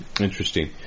Interesting